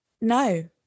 No